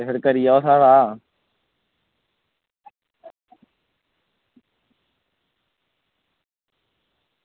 ते नलका ठीक करी जायो साढ़ा